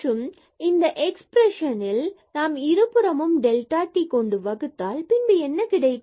மற்றும் இந்த எக்ஸ்பிரஸன் ல் நாம் இருபுறமும் டெல்டா t கொண்டு வகுத்தால் பின்பு என்ன கிடைக்கும்